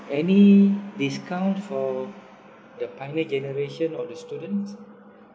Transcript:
any discount for the pioneer generation or the student